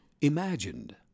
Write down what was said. imagined